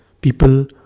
People